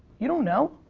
you don't know,